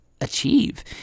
achieve